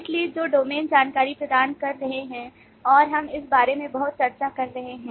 इसलिए जो डोमेन जानकारी प्रदान कर रहे हैं और हम उस बारे में बहुत चर्चा कर रहे हैं